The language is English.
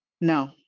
No